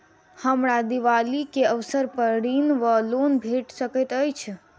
हमरा दिपावली केँ अवसर पर ऋण वा लोन भेट सकैत अछि?